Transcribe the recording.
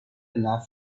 enough